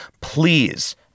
Please